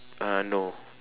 uh no